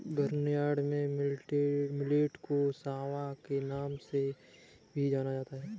barnyard millet को सांवा के नाम से भी जाना जाता है